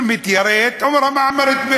(אומר בערבית: